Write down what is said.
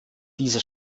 diese